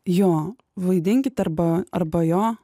jo vaidinkit arba arba jo